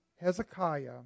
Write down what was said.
Hezekiah